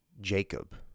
Jacob